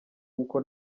w’uko